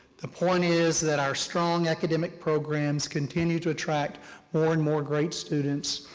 the point is, that our strong academic programs continue to attract more and more great students.